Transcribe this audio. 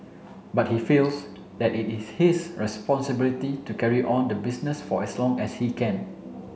but he feels that it is his responsibility to carry on the business for as long as he can